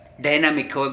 dynamic